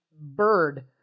bird